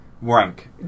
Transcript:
Rank